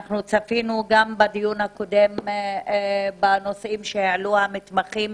בדיון הקודם צפינו בטענות שהעלו המתמחים